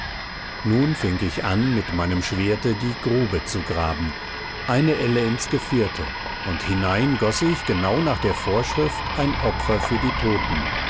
nun fing ich an mit meinem schwerte die grube zu graben eine elle ins gevierte und hinein goß ich genau nach der vorschrift ein opfer für die toten